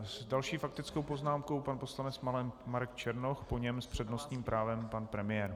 S další faktickou poznámkou pan poslanec Marek Černoch, po něm s přednostním právem pan premiér.